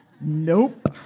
Nope